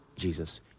Jesus